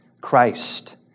Christ